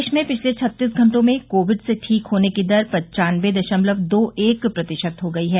देश में पिछले छत्तीस घटों में कोविड से ठीक होने की दर पन्चानबे दशमलव दो एक प्रतिशत हो गई है